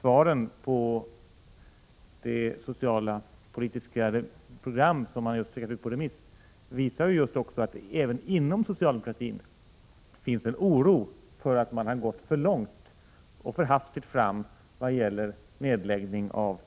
Svaren på det socialpolitiska program som man just skickat ut på remiss visar också att det även inom socialdemokratin finns en oro för att man har gått för långt och för hastigt fram vad gäller nedläggning av